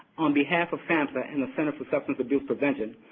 on behalf of samhsa and the center for substance abuse prevention,